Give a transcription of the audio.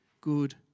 good